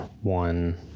one